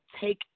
take